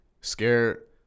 scared